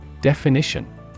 Definition